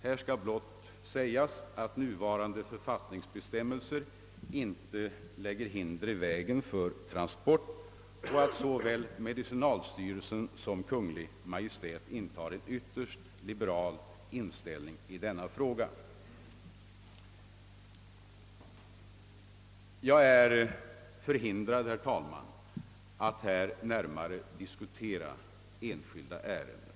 Jag vill bara säga att nuvarande författningsbestämmelser inte lägger hinder i vägen för transport, och att såväl medicinalstyrelsen som Kungl. Maj:t intar en ytterst liberal inställning i sådana frågor. Herr talman! Jag är ju förhindrad att här närmare diskutera enskilda ären: den.